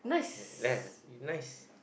uh ya nice